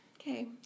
Okay